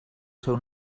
seu